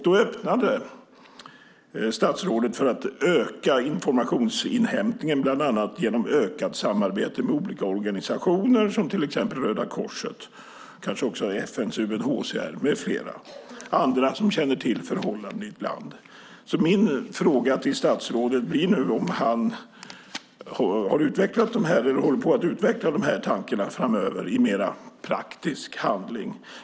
Då öppnade statsrådet för att öka informationsinhämtningen bland annat genom ökat samarbete med olika organisationer, till exempel Röda Korset och kanske FN:s UNHCR med flera, alltså andra som känner till förhållandena i ett land. Min fråga till statsrådet är nu om han har utvecklat eller håller på att utveckla dessa tankar i mer praktisk handling.